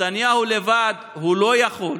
נתניהו לבד לא יכול.